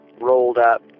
rolled-up